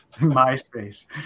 MySpace